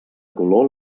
color